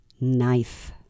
Knife